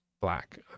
black